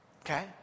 Okay